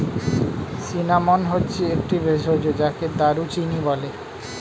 cinnamon হচ্ছে একটি ভেষজ যাকে দারুচিনি বলে